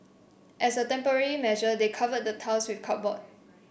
as a temporary measure they covered the tiles with cardboard